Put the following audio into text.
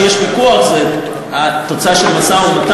ועל מה שיש פיקוח זה התוצאה של משא-ומתן